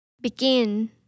Begin